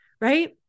right